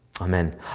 Amen